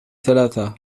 ثلاثة